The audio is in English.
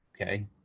Okay